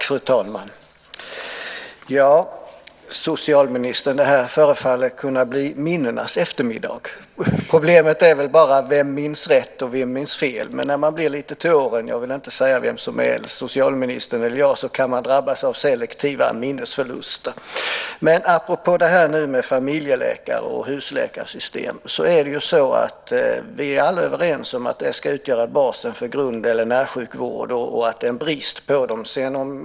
Fru talman! Det här förefaller att kunna bli minnenas eftermiddag, socialministern. Problemet är väl bara vem som minns rätt och vem som minns fel. Men när man blir lite till åren - jag vill inte säga vem som är äldst, socialministern eller jag - kan man drabbas av selektiva minnesförluster. Apropå detta med familjeläkare och husläkarsystem är vi alla överens om att det ska utgöra basen för grund eller närsjukvård och att det finns en brist på dem.